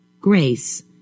Grace